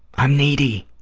i'm needy.